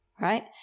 right